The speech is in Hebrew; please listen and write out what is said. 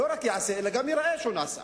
לא רק ייעשה אלא גם ייראה שהוא נעשה.